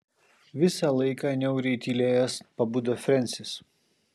visą laiką niauriai tylėjęs pabudo frensis